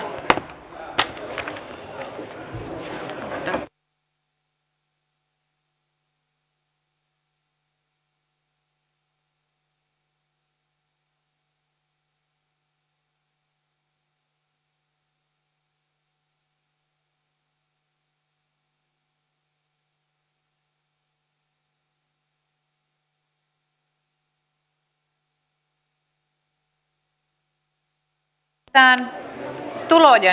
siirrytään tulojen käsittelyyn